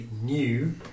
new